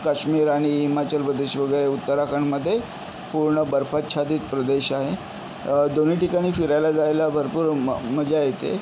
काश्मीर आणि हिमाचल प्रदेश वगैरे उत्तराखंडमध्ये पूर्ण बर्फाच्छादित प्रदेश आहे दोनी ठिकाणी फिरायला जायला भरपूर म मज्जा येते